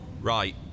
Right